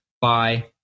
Bye